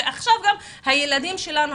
ועכשיו גם הילדים שלנו,